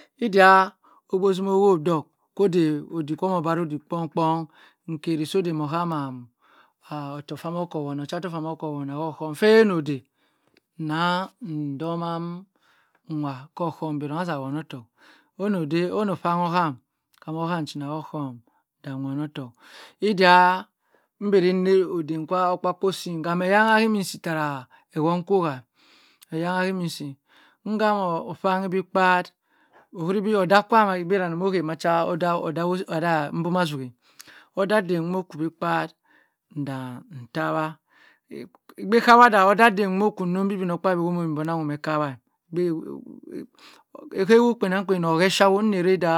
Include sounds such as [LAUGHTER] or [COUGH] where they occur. Idiah ogbe obrowoh duk kodey idik komo baro dik kpongkpon nkari soh mo hama ah ochatok ohum faa noh dey nnah ndomah nwanu ohum bi rong aza wonotok onoh dey oni okpangn. Ham kam oham nnchina ohum nza wonotok iddia mberine odem kwa okpu kpa kwo sm gha kam eyongha kimi si tara owongh kowa eyangha himisi angham ogphani bi phaal ohuribi oddah kwam kibadanny omoh hh macha [HESITATION] ngumazuwe odoa dham mo kwo bi kpa nza tawa igbe kawa da oddah dham mo kwo nnong igbimokpabi omembo nangho ekwah [HESITATION] ogbe hu kpienangkpien oh keh sha